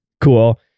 cool